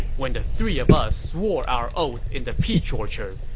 when the three of us swore our oath in the peach orchard,